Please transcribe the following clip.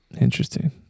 Interesting